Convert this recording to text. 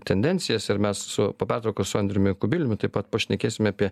tendencijas ir mes su po pertraukos su andriumi kubiliumi taip pat pašnekėsime apie